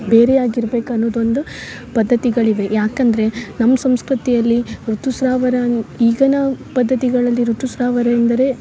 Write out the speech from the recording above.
ಬೇರೆಯಾಗಿ ಇರ್ಬೇಕು ಅನ್ನುದ ಒಂದು ಪದ್ಧತಿಗಳಿವೆ ಯಾಕಂದರೆ ನಮ್ಮ ಸಂಸ್ಕೃತಿಯಲ್ಲಿ ಋತು ಸ್ರಾವರ ಈಗ ನಾವು ಪದ್ಧತಿಗಳಲ್ಲಿ ಋತು ಸ್ರಾವರ ಎಂದರೆ